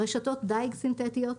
רשתות דיג סינתטיות,